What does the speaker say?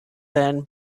then